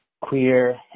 queer